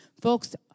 Folks